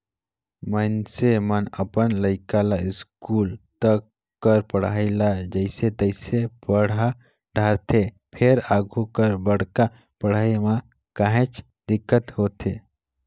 मइनसे मन अपन लइका ल इस्कूल तक कर पढ़ई ल जइसे तइसे पड़हा डारथे फेर आघु कर बड़का पड़हई म काहेच दिक्कत होथे